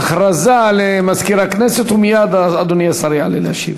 הודעה למזכיר הכנסת, ומייד אדוני השר יעלה להשיב.